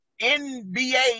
NBA